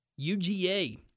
UGA